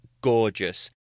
gorgeous